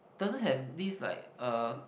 doesn't have this like uh